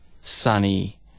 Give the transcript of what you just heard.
sunny